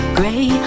gray